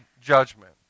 judgment